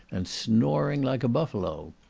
and snoring like a buffalo.